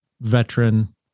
veteran